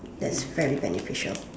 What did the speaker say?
that's very beneficial